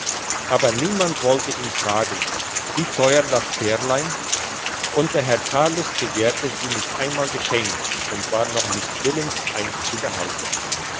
aber niemand wollte ihn fragen wie teuer das pärlein und der herr charles begehrte sie nicht einmal geschenkt und war noch nicht willens eines zu behalten